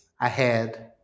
ahead